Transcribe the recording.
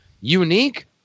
unique